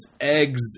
eggs